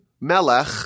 melech